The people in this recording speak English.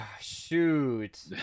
shoot